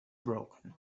broken